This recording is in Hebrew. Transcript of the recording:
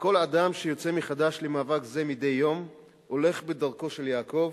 וכל אדם שיוצא מחדש למאבק זה מדי יום הולך בדרכו של יעקב,